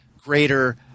greater